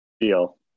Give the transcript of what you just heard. deal